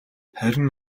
харин